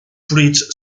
fruits